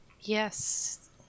Yes